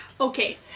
Okay